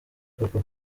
papa